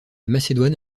macédoine